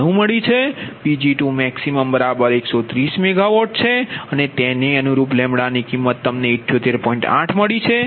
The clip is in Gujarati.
92 મળી છે અને Pg2Pg2max130MWની કિંમત તમને મળી છે